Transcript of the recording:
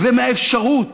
ומהאפשרות